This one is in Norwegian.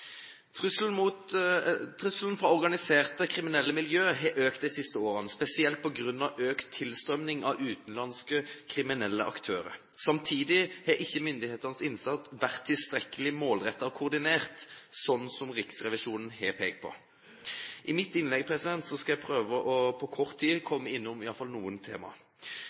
Trusselen fra organiserte kriminelle miljøer har økt de siste årene, spesielt på grunn av økt tilstrømming av utenlandske kriminelle aktører. Samtidig har ikke myndighetenes innsats vært tilstrekkelig målrettet og koordinert, slik Riksrevisjonen har pekt på. I mitt innlegg skal jeg prøve på kort tid å komme innom i hvert fall noen